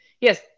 yes